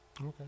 Okay